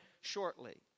shortly